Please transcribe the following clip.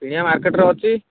ଏଇନା ମାର୍କେଟ୍ରେ ଅଛି